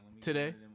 today